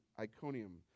Iconium